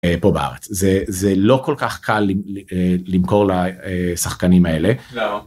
‫פה בארץ. זה זה לא כל כך קל ‫למכור לשחקנים האלה.